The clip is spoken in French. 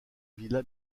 villa